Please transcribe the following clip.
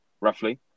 roughly